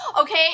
Okay